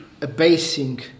abasing